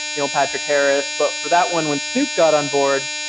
neil patrick harris, but for that one when snoop got on board,